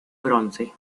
bronce